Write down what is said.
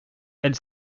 elle